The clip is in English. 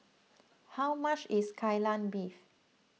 how much is Kai Lan Beef